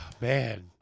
Man